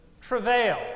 travail